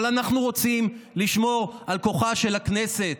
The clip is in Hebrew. אבל אנחנו רוצים לשמור על כוחה של הכנסת,